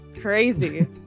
crazy